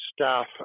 staff